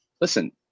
listen